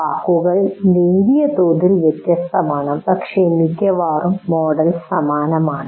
വാക്കുകൾ നേരിയതോതിൽ വ്യത്യസ്തമാണ് പക്ഷേ മിക്കവാറും മോഡൽ സമാനമാണ്